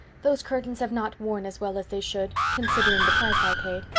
those curtains have not worn as well as they should, considering the price i paid.